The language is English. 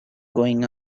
going